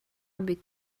эбит